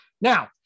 Now